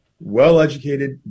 well-educated